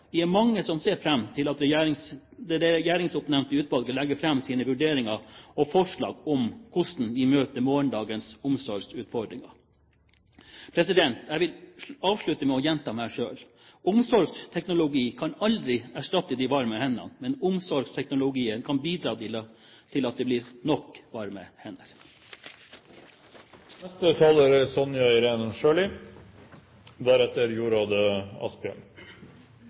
Vi er mange som ser fram til at det regjeringsoppnevnte utvalget legger fram sine vurderinger og forslag om hvordan vi møter morgendagens omsorgsutfordringer. Jeg vil avslutte med å gjenta meg selv: Omsorgsteknologi kan aldri erstatte de varme hendene, men omsorgsteknologi kan bidra til at det blir nok varme hender. Jeg må si jeg er